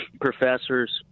professors